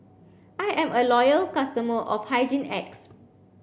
I am a loyal customer of Hygin X